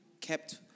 kept